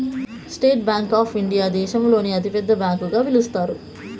state bank of India దేశంలోనే అతి పెద్ద బ్యాంకు గా పిలుత్తారు